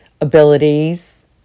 abilities